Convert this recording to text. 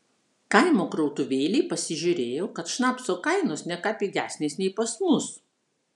kaimo krautuvėlėj pasižiūrėjau kad šnapso kainos ne ką pigesnės nei pas mus